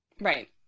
Right